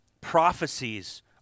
Prophecies